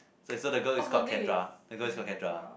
so so the girl is called Kendra the girl's called Kendra